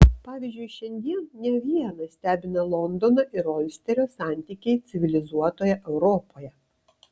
pavyzdžiui šiandien ne vieną stebina londono ir olsterio santykiai civilizuotoje europoje